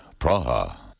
Praha